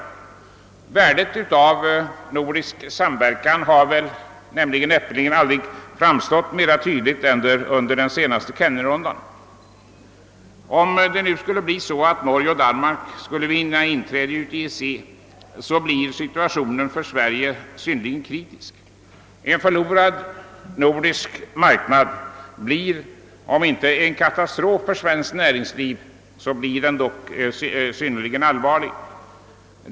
Värdet av nordisk samverkan har näppeligen någonsin framträtt mera tydligt än under den senaste Kennedyronden. Om Norge och Danmark skulle vinna inträde i EEC, blir situationen för Sverige synnerligen kritisk. En förlorad nordisk marknad innebär, om inte en katastrof för vårt näringsliv så dock en synnerligen allvarlig situation.